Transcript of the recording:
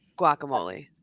Guacamole